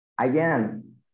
again